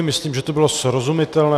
Myslím, že to bylo srozumitelné.